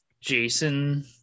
Jason